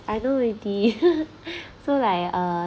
I know already so like uh